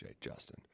Justin